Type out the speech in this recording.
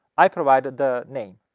i provide the name.